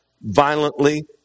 violently